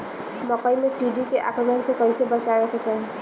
मकई मे टिड्डी के आक्रमण से कइसे बचावे के चाही?